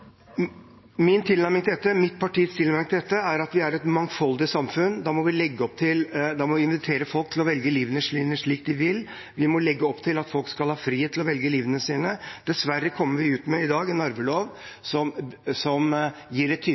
Mitt partis tilnærming til dette er at vi er et mangfoldig samfunn, og da må vi invitere folk til å velge å leve livet sitt slik de vil. Vi må legge opp til at folk skal ha frihet til å velge hvordan de lever livet sitt. Dessverre kommer vi i dag ut med en arvelov som gir et